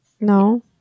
No